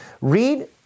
read